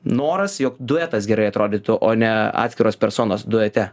noras jog duetas gerai atrodytų o ne atskiros personos duete